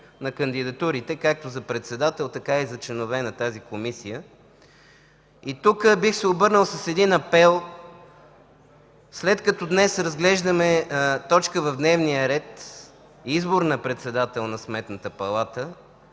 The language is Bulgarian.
на кандидатурите както за председател, така и за членове на тази комисия. Тук бих се обърнал с един апел: след като днес разглеждаме точка в дневния ред – избор на председател на Сметната палата,